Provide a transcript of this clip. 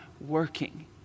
working